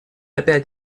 опять